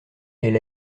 elle